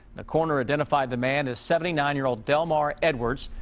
the coroner identified the man as seventy nine year old delmar edwards.